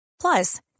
plus